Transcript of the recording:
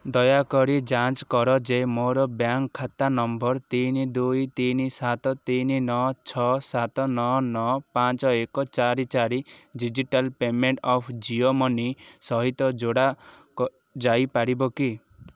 ଦୟାକରି ଯାଞ୍ଚ କର ଯେ ମୋର ବ୍ୟାଙ୍କ ଖାତା ନମ୍ବର ତିନି ଦୁଇ ତିନି ସାତ ତିନି ନଅ ଛଅ ସାତ ନଅ ନଅ ପାଞ୍ଚ ଏକ ଚାରି ଚାରି digital payment app Jio money ସହିତ ଯୋଡ଼ା ଯାଇପାରିବ କି